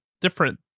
different